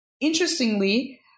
interestingly